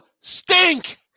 stink